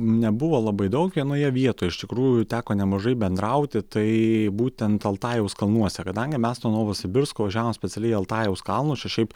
nebuvo labai daug vienoje vietoje iš tikrųjų teko nemažai bendrauti tai būtent altajaus kalnuose kadangi mes nuo novosibirsko važiavom specialiai į altajaus kalnus čia šiaip